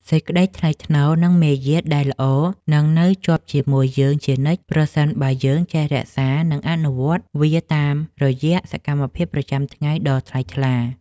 សេចក្តីថ្លៃថ្នូរ និង មារយាទដែលល្អនឹងនៅជាប់ជាមួយយើងជានិច្ចប្រសិនបើយើងចេះរក្សានិងអនុវត្តវាតាមរយៈសកម្មភាពប្រចាំថ្ងៃដ៏ថ្លៃថ្លា។